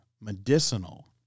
medicinal